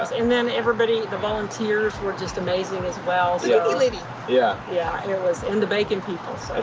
and then everybody, the volunteers were just amazing as well. the cookie lady. yeah. yeah, and it was, and the bacon people,